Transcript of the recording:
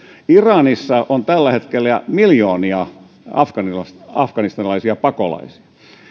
iranissa on tällä hetkellä miljoonia afganistanilaisia pakolaisia